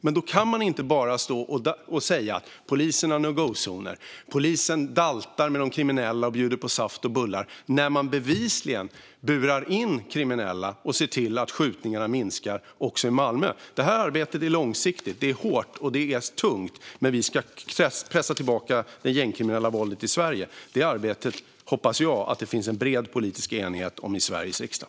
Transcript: Men då kan man inte bara stå och säga att polisen har no go-zoner och att polisen daltar med de kriminella och bjuder på saft och bullar när de bevisligen burar in kriminella och ser till att antalet skjutningar minskar också i Malmö. Detta arbete är långsiktigt. Det är hårt och tungt, men vi ska pressa tillbaka det gängkriminella våldet i Sverige. Detta arbete hoppas jag att det finns en bred politisk enighet om i Sveriges riksdag.